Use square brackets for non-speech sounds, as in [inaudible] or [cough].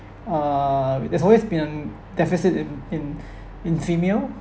err there's always been um deficit in in [breath] in female